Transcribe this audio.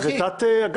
אבל זה תת-אגף.